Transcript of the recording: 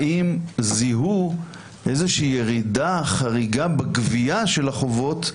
האם זיהו איזושהי ירידה חריגה בגבייה של החובות,